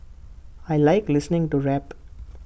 I Like listening to rap